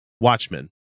Watchmen